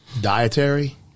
dietary